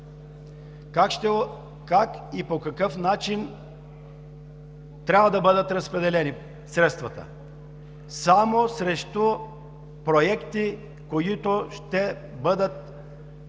Как и по какъв начин трябва да бъдат разпределени средствата? Само срещу проекти, които чрез тези